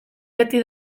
beti